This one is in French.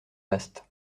vaste